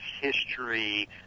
history